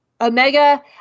Omega